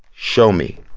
show me.